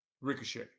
ricochet